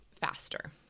faster